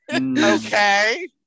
Okay